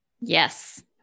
Yes